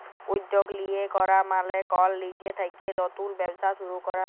উদ্যগ লিয়ে ক্যরা মালে কল লিজে থ্যাইকে লতুল ব্যবসা শুরু ক্যরা